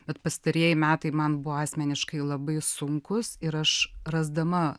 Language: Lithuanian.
bet pastarieji metai man buvo asmeniškai labai sunkus ir aš rasdama